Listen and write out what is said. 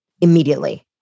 immediately